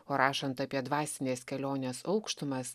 o rašant apie dvasinės kelionės aukštumas